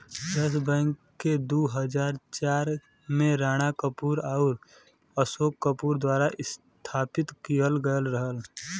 yes Bank के दू हज़ार चार में राणा कपूर आउर अशोक कपूर द्वारा स्थापित किहल गयल रहल